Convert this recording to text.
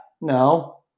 No